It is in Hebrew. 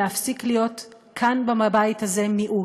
להפסיק להיות כאן בבית הזה מיעוט.